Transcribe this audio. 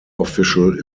official